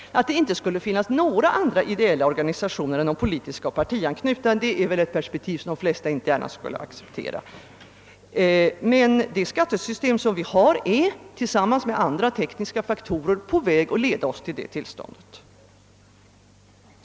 Att det inte skulle finnas några andra ideella organisationer än de politiska och partianknutna är väl ett perspektiv som de flesta inte gärna skulle acceptera, men det skattesystem som vi har är, tillsammans med andra tekniska faktorer, på väg att leda oss till det tillståndet.